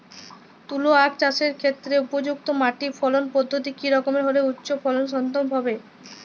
তুলো আঁখ চাষের ক্ষেত্রে উপযুক্ত মাটি ফলন পদ্ধতি কী রকম হলে উচ্চ ফলন সম্ভব হবে?